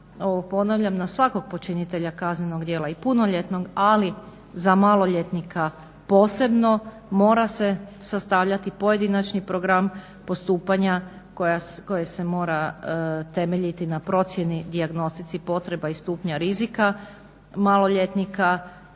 ovo ponavljam na svakog počinitelja kaznenog djela i punoljetnog, ali za maloljetnika posebno mora se sastavljati pojedinačni program postupanja koje se mora temeljiti na procjeni dijagnostici potreba i stupnja rizika maloljetnika